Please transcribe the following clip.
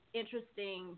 interesting